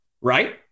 right